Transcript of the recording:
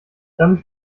damit